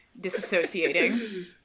Disassociating